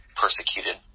persecuted